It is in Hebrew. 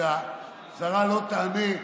שהשרה לא תענה עליה,